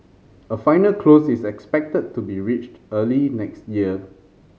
a final close is expected to be reached early next year